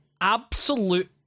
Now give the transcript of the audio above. absolute